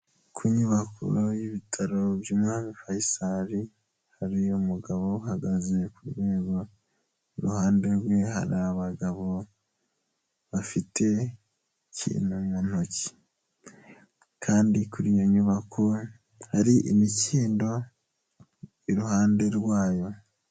Ku nyubako y'ibitaro by'umwami Faisal, hari umugabo uhagaze ku rwego iruhande rwe hari abagabo bafite ikintu mu ntoki, kandi kuri iyo nyubako hari imikindo iruhande rwayo.